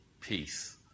peace